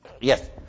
yes